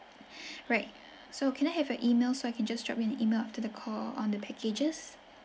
right so can I have your email so I can just drop you an email after the call on the packages